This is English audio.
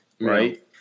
right